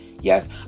Yes